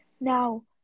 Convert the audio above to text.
now